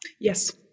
Yes